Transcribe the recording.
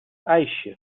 ijsje